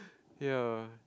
yea